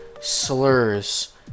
Slurs